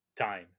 time